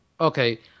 Okay